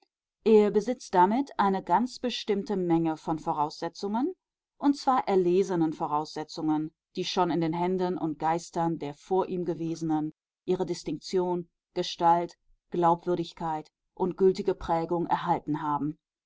er besitzt damit eine ganz bestimmte menge von voraussetzungen und zwar erlesenen voraussetzungen die schon in den händen und geistern der vor ihm gewesenen ihre distinktion gestalt glaubwürdigkeit und gültige prägung erhalten haben